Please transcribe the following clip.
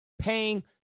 Paying